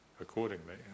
accordingly